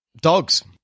dogs